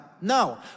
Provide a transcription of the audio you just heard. No